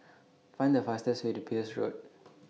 Find The fastest Way to Peirce Road